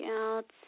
out